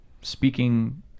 speaking